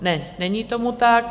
Ne, není tomu tak.